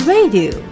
Radio